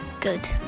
Good